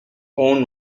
own